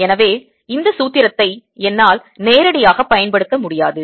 எனவே இந்த சூத்திரத்தை என்னால் நேரடியாக பயன்படுத்த முடியாது